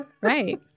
Right